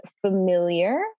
familiar